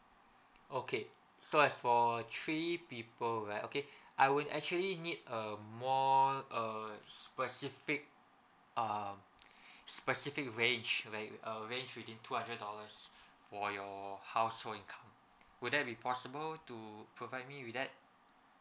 okay so as for three people right okay I would actually need a more now err specific um specific range where you uh range within two hundred dollars for your household income would that be possible to provide me with that